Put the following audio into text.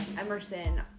Emerson